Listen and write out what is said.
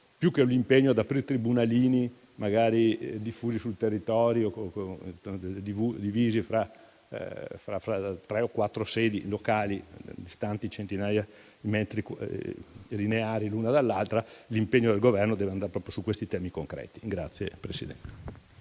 più che un impegno ad aprire tribunalini, magari diffusi sul territorio, divisi fra tre o quattro sedi locali, distanti centinaia di metri lineari l'una dall'altra, l'impegno del Governo dovrebbe andare proprio su questi temi concreti.